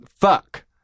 fuck